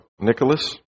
Nicholas